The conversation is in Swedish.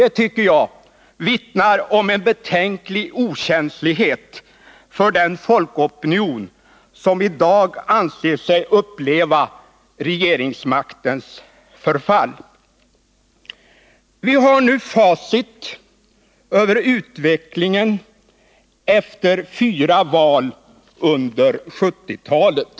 Det tycker jag vittnar om en betänklig okänslighet för den folkopinion som i dag anser sig uppleva regeringsmaktens förfall. Vi har nu facit över utvecklingen efter fyra val under 1970-talet.